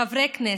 חברי הכנסת,